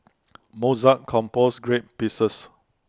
Mozart composed great pieces